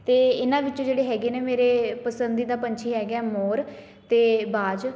ਅਤੇ ਇਹਨਾਂ ਵਿੱਚ ਜਿਹੜੇ ਹੈਗੇ ਨੇ ਮੇਰੇ ਪਸੰਦੀਦਾ ਪੰਛੀ ਹੈਗੇ ਆ ਮੋਰ ਅਤੇ ਬਾਜ਼